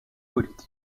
politique